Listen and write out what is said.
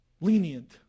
lenient